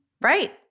Right